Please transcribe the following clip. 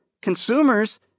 consumers